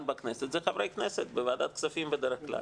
בכנסת זה חברי כנסת בוועדת כספים בדרך כלל.